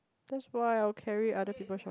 that's why I will carry other people shop